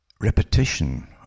repetition